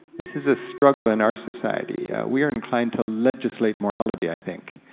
this is a struggle in our society. we are inclined to legislate morality i think.